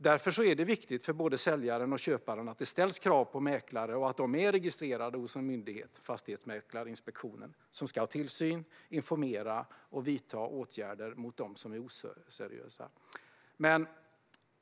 Därför är det viktigt för såväl säljaren som köparen att det ställs krav på mäklare att de är registrerade hos en myndighet, Fastighetsmäklarinspektionen, som kan utöva tillsyn, informera och vidta åtgärder mot dem som är oseriösa.